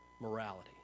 morality